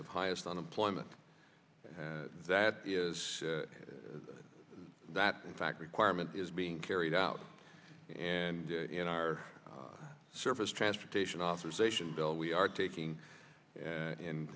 of highest unemployment and that is that in fact requirement is being carried out and in our surface transportation authorization bill we are taking